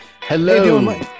Hello